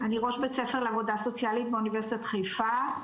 אני ראש בית ספר לעבודה סוציאלית באוניברסיטת חיפה,